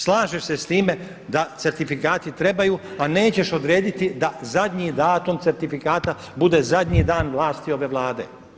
Slažeš se s time da certifikati trebaju a nećeš odrediti da zadnji datum certifikata bude zadnji dan vlasti ove Vlade.